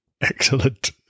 Excellent